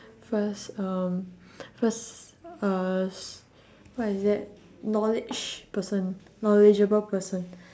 first um first uh s~ what is that knowledge person knowledgeable person